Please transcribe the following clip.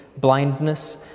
blindness